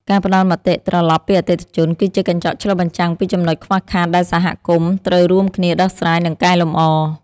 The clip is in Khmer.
ការផ្ដល់មតិត្រឡប់ពីអតិថិជន គឺជាកញ្ចក់ឆ្លុះបញ្ចាំងពីចំណុចខ្វះខាតដែលសហគមន៍ត្រូវរួមគ្នាដោះស្រាយ និងកែលម្អ។